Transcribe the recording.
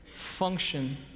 Function